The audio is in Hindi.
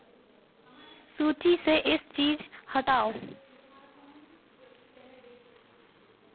सूची से इस चीज़ हटाओ